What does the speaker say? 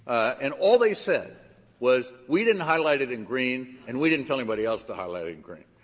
and all they said was, we didn't highlight it in green, and we didn't tell anybody else to highlight it in green.